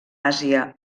àsia